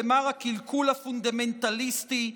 למר הקלקול הפונדמנטליסטי,